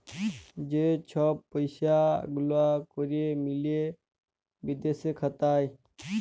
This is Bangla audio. যে ছব পইসা গুলা ক্যরে মিলে বিদেশে খাতায়